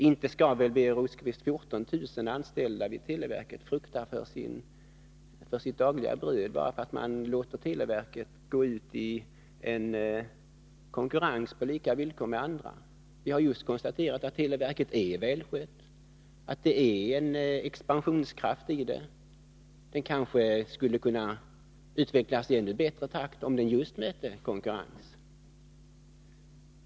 Inte skall väl, Birger Rosqvist, 14 000 anställda vid televerket behöva frukta att förlora sitt dagliga bröd bara för att man låter televerket gå ut i konkurrens på lika villkor med andra! Vi har just konstaterat att televerket är välskött, att det finns en expansionskraft i detta verk. Den kanske skulle utvecklas i ännu snabbare takt, om verket just mötte konkurrens.